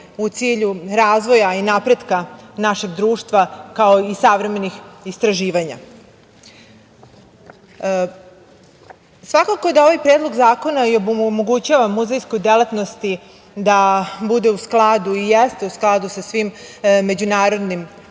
u cilju razvoja i napretka našeg društva kao i savremenih istraživanja. Svakako da ovaj predlog zakona da omogućava muzejskoj delatnosti da budu u skladu i jeste u skladu sa svim međunarodnim